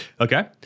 Okay